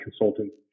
consultant